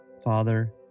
Father